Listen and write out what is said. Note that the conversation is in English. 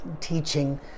teaching